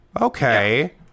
okay